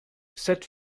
sept